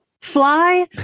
fly